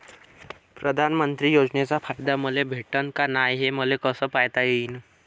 प्रधानमंत्री योजनेचा फायदा मले भेटनं का नाय, हे मले कस मायती होईन?